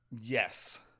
Yes